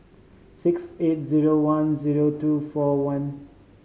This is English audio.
six eight zero one zero two four one